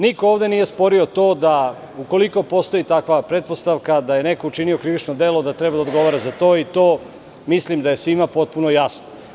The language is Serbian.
Niko ovde nije sporio to da ukoliko postoji takva pretpostavka da je neko učinio krivično delo, da treba da odgovara za to i to mislim da je svima potpuno jasno.